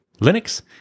Linux